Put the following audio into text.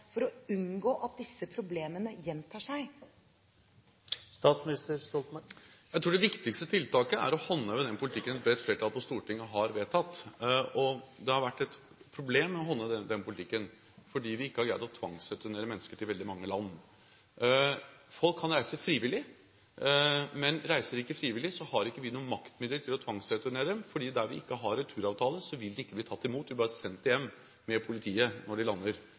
for å unngå at disse problemene gjentar seg? Jeg tror det viktigste tiltaket er å håndheve den politikken et bredt flertall på Stortinget har vedtatt. Det har vært et problem å håndheve den politikken fordi vi ikke har greid å tvangsreturnere mennesker til veldig mange land. Folk kan reise frivillig, men reiser de ikke frivillig, har ikke vi noen maktmidler til å tvangsreturnere dem. Der vi ikke har returavtale, vil de ikke bli tatt imot – de blir bare sendt hjem med politiet når de lander,